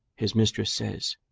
his mistress says,